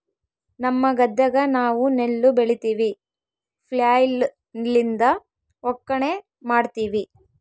ನಮ್ಮ ಗದ್ದೆಗ ನಾವು ನೆಲ್ಲು ಬೆಳಿತಿವಿ, ಫ್ಲ್ಯಾಯ್ಲ್ ಲಿಂದ ಒಕ್ಕಣೆ ಮಾಡ್ತಿವಿ